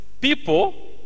people